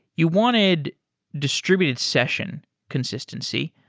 you wanted distributed session consistency.